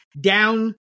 down